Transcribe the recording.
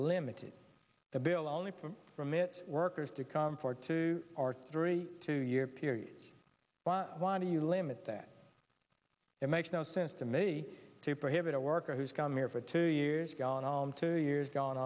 limited the bill only from from it workers to come for two or three two year period why do you limit that it makes no sense to me to prohibit a worker who's come here for two years gone all in two years gone